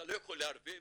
אתה לא יכול לערבב